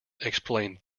explained